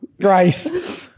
Grace